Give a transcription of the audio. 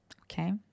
Okay